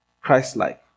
Christ-like